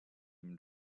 him